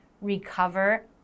recover